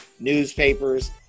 Newspapers